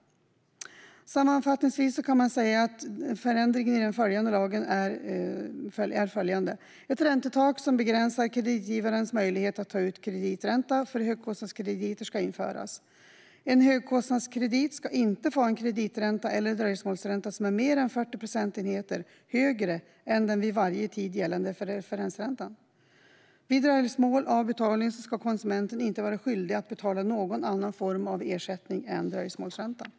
Sammanfattningsvis kan man säga att förändringarna i den nya lagen är följande: Ett räntetak som begränsar kreditgivarens möjlighet att ta ut kreditränta för högkostnadskrediter ska införas. En högkostnadskredit ska inte få ha en kreditränta eller dröjsmålsränta som är mer än 40 procentenheter högre än den vid varje tid gällande referensräntan. Vid dröjsmål av betalning ska konsumenten inte vara skyldig att betala någon annan form av ersättning än dröjsmålsränta.